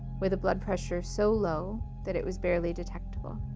with a blood pressure so low that it was barely detectable.